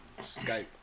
Skype